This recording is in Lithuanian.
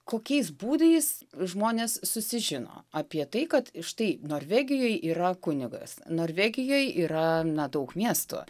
kokiais būdais žmonės susižino apie tai kad štai norvegijoj yra kunigas norvegijoj yra na daug miestų